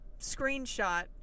screenshot